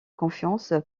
confiance